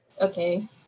Okay